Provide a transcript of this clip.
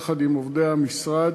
יחד עם עובדי המשרד,